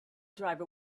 driver